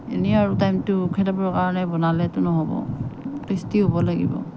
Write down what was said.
এনেই আৰু টাইমটো খেদাবৰ কাৰণে বনালেতো নহ'ব টেষ্টি হ'ব লাগিব